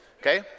okay